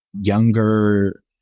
younger